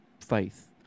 faith